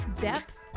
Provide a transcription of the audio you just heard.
depth